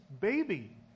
baby